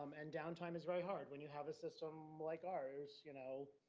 um and downtime is very hard when you have a system like ours. you know,